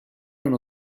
uno